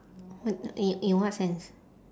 what in in what sense